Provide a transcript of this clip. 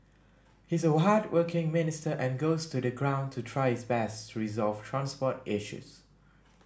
he's a hardworking minister and goes to the ground to try his best to resolve transport issues